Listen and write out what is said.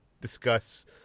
discuss